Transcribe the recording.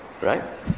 Right